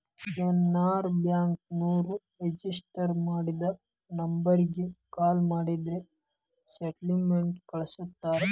Canara bank ನೋರು register ಮಾಡಿದ ನಂಬರ್ಗ ಕಾಲ ಮಾಡಿದ್ರ ಸ್ಟೇಟ್ಮೆಂಟ್ ಕಳ್ಸ್ತಾರ